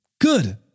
Good